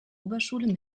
oberschule